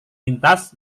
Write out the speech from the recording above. lintas